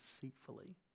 deceitfully